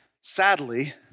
sadly